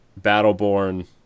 Battleborn